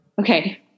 Okay